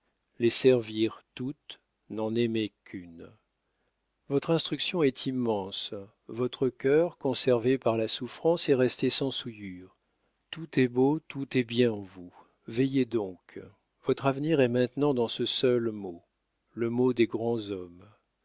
les servir toutes n'en aimer qu'une votre instruction est immense votre cœur conservé par la souffrance est resté sans souillure tout est beau tout est bien en vous veuillez donc votre avenir est maintenant dans ce seul mot le mot des grands hommes